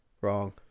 Wrong